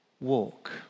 walk